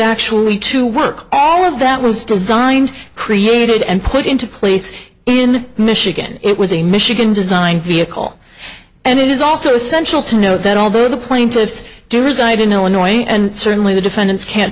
actually to work all of that was designed created and put into place in michigan it was a michigan designed vehicle and it is also essential to know that although the plaintiffs do reside in illinois and certainly the defendants can't